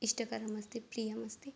इष्टकरमस्ति प्रियमस्ति